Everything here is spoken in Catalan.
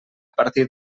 partir